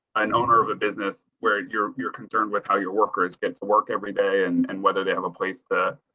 an owner of a business where you're, you're concerned with how your workers get to work every day, and and whether they have a place to.